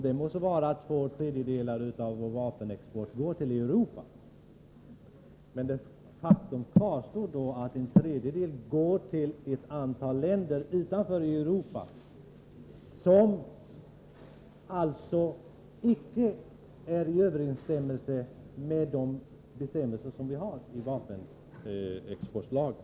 Det må så vara att två tredjedelar av vår vapenexport går till Europa. Men det är ett faktum att en tredjedel går till ett antal länder utanför Europa. Förhållandena i dessa länder är icke i överensstämmelse med de bestämmelser som finns i vapenexportlagen.